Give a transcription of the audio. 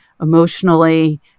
emotionally